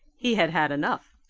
he had had enough.